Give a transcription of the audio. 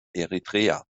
eritrea